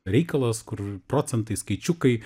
reikalas kur procentai skaičiukai